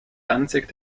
danzig